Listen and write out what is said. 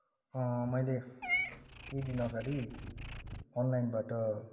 मैले केही दिन अगाडि अनलाइनबाट